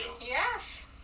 Yes